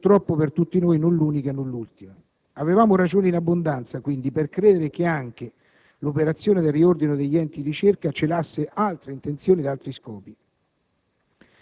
purtroppo per tutti noi non l'unica e non l'ultima. Avevamo ragioni in abbondanza, quindi, per credere che anche l'operazione del riordino degli enti di ricerca celasse altre intenzioni ed altri scopi.